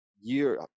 year